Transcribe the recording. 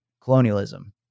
colonialism